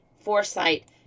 foresight